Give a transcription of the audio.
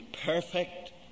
perfect